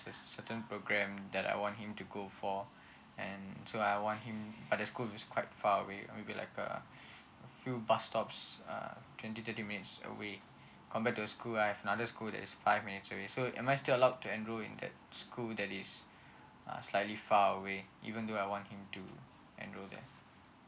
has certain program that I want him to go for and so I want him mm but that school is quite far away maybe like err a few bus stops uh twenty thirty minutes away come back to the school I have another school that is five minutes away so am I still allowed to enroll in that school that is uh slightly far away even though I want him to enroll there